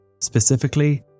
specifically